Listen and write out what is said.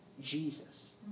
Jesus